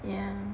yeah